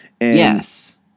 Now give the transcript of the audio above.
Yes